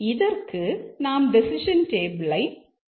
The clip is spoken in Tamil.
இதற்கு நாம் டெசிஷன் டேபிளை எப்படி உருவாக்கலாம்